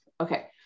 Okay